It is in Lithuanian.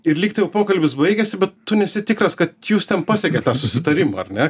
ir lygtai jau pokalbis baigiasi bet tu nesi tikras kad jūs ten pasiekėt tą susitarimą ar ne